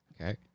Okay